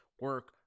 Work